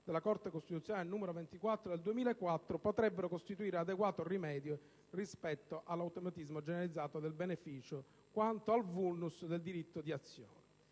della Corte costituzionale n. 24 del 2004, potrebbero costituire adeguato rimedio rispetto all'automatismo generalizzato del beneficio, quanto al *vulnus* del diritto di azione.